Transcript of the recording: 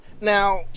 Now